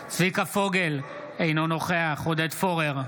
צביקה פוגל, אינו נוכח עודד פורר,